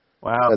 Wow